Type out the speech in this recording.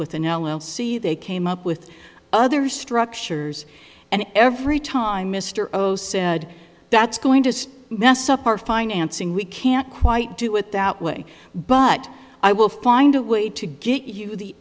with an l l c they came up with other structures and every time mr o said that's going to stay mess up our financing we can't quite do it that way but i will find a way to get you the